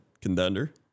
contender